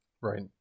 Right